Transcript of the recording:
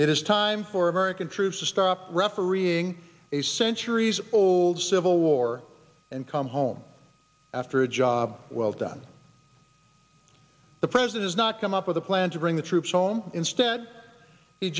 it is time for american troops to stop refereeing a centuries old civil war and come home after a job well done the president's not come up with a plan to bring the troops home instead